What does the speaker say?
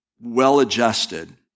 well-adjusted